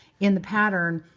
in the pattern,